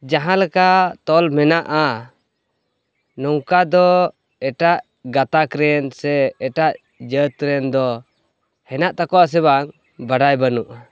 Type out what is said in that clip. ᱡᱟᱦᱟᱸ ᱞᱮᱠᱟ ᱛᱚᱞ ᱢᱮᱱᱟᱜᱼᱟ ᱱᱚᱝᱠᱟᱫᱚ ᱮᱴᱟᱜ ᱜᱟᱛᱟᱠᱨᱮᱱ ᱥᱮ ᱮᱴᱟᱜ ᱡᱟᱹᱛ ᱨᱮᱱᱫᱚ ᱦᱮᱱᱟᱜ ᱛᱟᱠᱚᱣᱟ ᱥᱮ ᱵᱟᱝ ᱵᱟᱲᱟᱭ ᱵᱟᱹᱱᱩᱜᱼᱟ